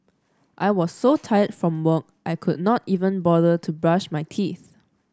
I was so tired from work I could not even bother to brush my teeth